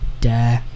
Duh